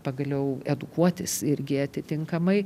pagaliau edukuotis irgi atitinkamai